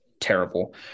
Terrible